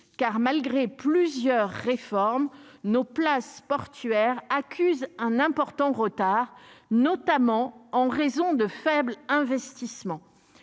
car malgré plusieurs réformes nos places portuaires accuse un important retard, notamment en raison de faibles investissements